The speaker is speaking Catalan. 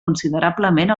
considerablement